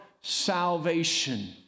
salvation